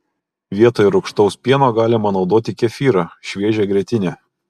vietoj rūgštaus pieno galima naudoti kefyrą šviežią grietinę